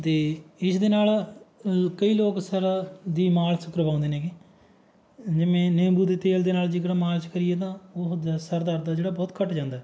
ਦੇ ਇਸ ਦੇ ਨਾਲ ਕਈ ਲੋਕ ਸਿਰ ਦੀ ਮਾਲਸ਼ ਕਰਵਾਉਂਦੇ ਨੇਗੇ ਜਿਵੇਂ ਨਿੰਬੂ ਦੇ ਤੇਲ ਦੇ ਨਾਲ ਜੇਕਰ ਮਾਲਸ਼ ਕਰੀਏ ਤਾਂ ਉਹ ਦ ਸਿਰ ਦਰਦ ਆ ਜਿਹੜਾ ਬਹੁਤ ਘੱਟ ਜਾਂਦਾ